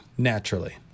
naturally